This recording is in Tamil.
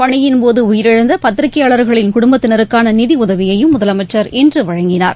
பணியின்போதஉயிரிழந்தபத்திரிகையாளர்களின் குடும்பத்தினருக்கானநிதிஉதவியையும் முதலமைச்சா் இன்றவழங்கினார்